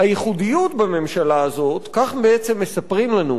כך בעצם מספרים לנו ראש המוסד וראש השב"כ,